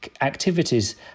activities